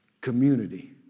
community